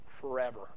forever